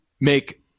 make